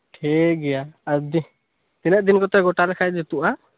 ᱴᱷᱤᱠ ᱜᱮᱭᱟ ᱟᱰᱤ ᱛᱤᱱᱟᱹᱜ ᱫᱤᱱ ᱠᱚᱛᱮ ᱜᱚᱴᱟ ᱞᱮᱠᱷᱟᱱ ᱡᱩᱛᱚᱜᱼᱟ